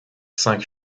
cinq